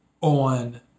on